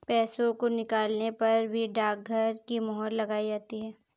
पैसों को निकालने पर भी डाकघर की मोहर लगाई जाती है